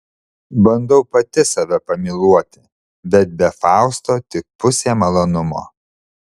bandau pati save pamyluoti bet be fausto tik pusė malonumo